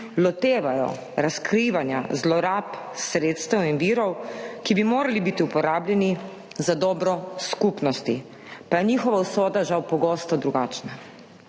lotevajo razkrivanja zlorab sredstev in virov, ki bi morali biti uporabljeni za dobro skupnosti, pa je njihova usoda žal pogosto drugačna.